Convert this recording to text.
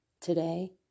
today